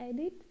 edit